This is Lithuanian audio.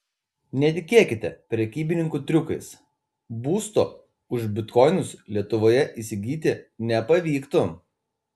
netikėkite prekybininkų triukais būsto už bitkoinus lietuvoje įsigyti nepavyktų